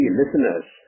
listeners